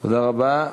תודה רבה.